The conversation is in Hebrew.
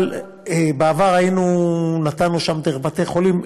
אבל בעבר נתנו לבתי-החולים,